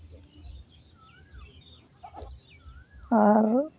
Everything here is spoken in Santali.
ᱟᱨ